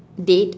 date